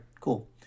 cool